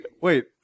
wait